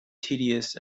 tedious